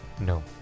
no